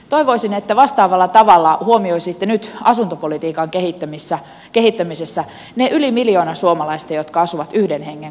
toivoisin että vastaavalla tavalla huomioisitte nyt asuntopolitiikan kehittämisessä ne yli miljoona suomalaista jotka asuvat yhden hengen kotitalouksissa